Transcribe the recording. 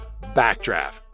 Backdraft